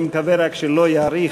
אני מקווה רק שלא יאריך,